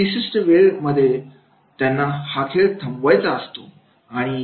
एक विशिष्ट वेळ मध्ये त्यांना हा खेळ थांबवायचा असतो